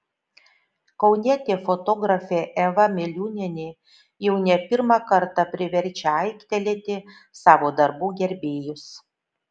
kaunietė fotografė eva miliūnienė jau ne pirmą kartą priverčia aiktelėti savo darbų gerbėjus